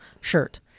shirt